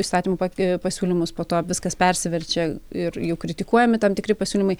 įstatymų pak e pasiūlymus po to viskas persiverčia ir jau kritikuojami tam tikri pasiūlymai